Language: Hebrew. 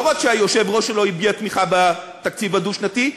לא רק שהיושב-ראש שלו הביע תמיכה בתקציב הדו-שנתי,